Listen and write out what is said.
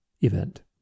event